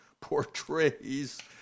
portrays